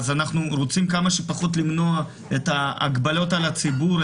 אז אנחנו רוצים כמה שיותר למנוע הגבלות על הציבור,